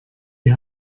die